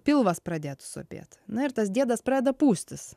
pilvas pradėtų sopėt na ir tas diedas pradeda pūstis